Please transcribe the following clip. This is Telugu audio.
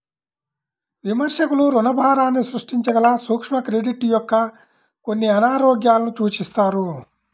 విమర్శకులు రుణభారాన్ని సృష్టించగల సూక్ష్మ క్రెడిట్ యొక్క కొన్ని అనారోగ్యాలను సూచిస్తారు